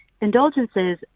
indulgences